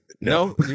No